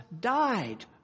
died